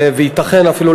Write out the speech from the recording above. וייתכן אפילו,